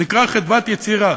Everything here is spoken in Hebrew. שנקרא חדוות יצירה.